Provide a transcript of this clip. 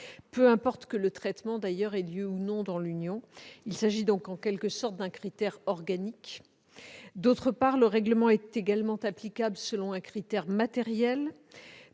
peu importe que le traitement d'ailleurs ait lieu ou non dans l'Union. Il s'agit donc en quelque sorte d'un critère organique. D'autre part, le règlement est également applicable selon un critère matériel,